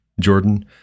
Jordan